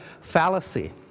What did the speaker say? fallacy